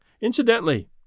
Incidentally